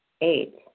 Eight